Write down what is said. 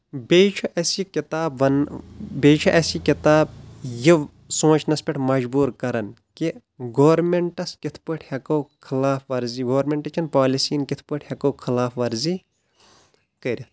بییٚہِ چھِ اسہِ یہِ کِتاب ون بییٚہِ چھِ اسہ یہِ کِتاب یہِ سونٛچنس پٮ۪ٹھ مجبور کران کہِ گورمیٚنٹس کتھ پٲٹھۍ ہیٚکو خلاف ورزی گورمیٚنٹہٕ چٮ۪ن پالسی یَن کتھ پٲٹھۍ ہیٚکو خٕلاف ورزی کٔرِتھ